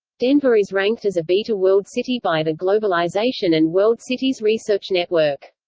denver is ranked as a beta world city by the globalization and world cities research network.